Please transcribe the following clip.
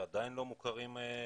תארים שעדיין לא מוכרים בארץ.